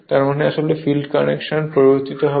তার মানে আসলে ফিল্ড কানেকশন পরিবর্তীত হবে